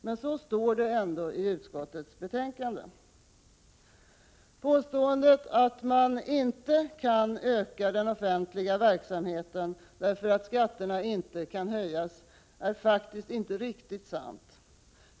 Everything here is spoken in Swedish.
Men så står det ändå i utskottets betänkande. Påståendet att man inte kan öka den offentliga verksamheten därför att skatterna inte kan höjas är faktiskt inte riktigt sant.